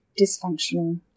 dysfunctional